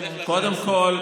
קודם כול,